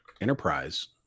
Enterprise